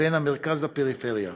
בין המרכז לפריפריה,